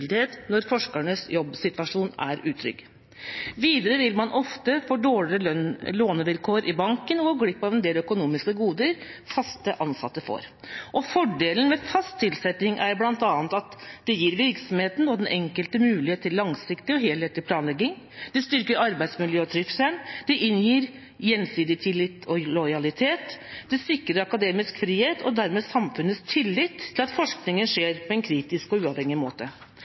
uhildethet når forskernes jobbsituasjon er utrygg. Videre vil man ofte få dårligere lånevilkår i banken og gå glipp av en del økonomiske goder fast ansatte får.» Videre skriver de at fordelene med fast tilsetting bl.a. er at det «– gir virksomheten og den enkelte mulighet til langsiktig og helhetlig planlegging – styrker arbeidsmiljøet og trivselen – inngir gjensidig tillit og lojalitet – sikrer akademisk frihet og dermed samfunnets tillit til at forskningen skjer på en kritisk og uavhengig måte